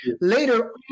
Later